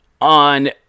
on